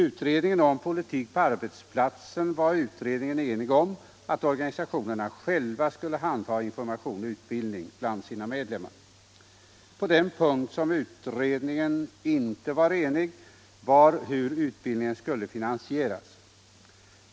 Utredningen om politik på arbetsplatsen var enig om att organisationerna själva skulle handha information och utbildning bland sina medlemmar. Den punkt där utredningen inte var lika enig gällde hur utbildningen skulle finansieras.